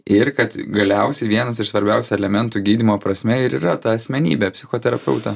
ir kad galiausiai vienas iš svarbiausių elementų gydymo prasme ir yra ta asmenybė psichoterapeuto